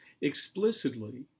explicitly